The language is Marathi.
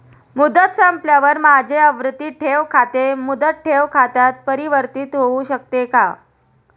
मुदत संपल्यावर माझे आवर्ती ठेव खाते मुदत ठेव खात्यात परिवर्तीत होऊ शकते का?